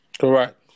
Correct